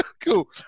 Cool